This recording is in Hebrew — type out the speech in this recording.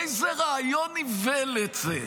איזה רעיון איוולת זה.